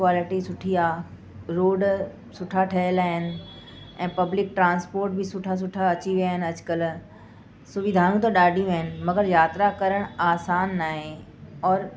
quality सुठी आहे road सुठा ठहियल आहिनि ऐं पब्लिक ट्रांस्पोट बि सुठा सुठा अची विया आहिनि अॼुकल्ह सुविधाऊं त ॾाढियूं आहिनि मगर यात्रा करणु आसान न आहे और